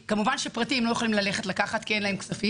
כמובן שמטפלים פרטיים הם לא יכולים לקחת כי אין להם כסף,